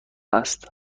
است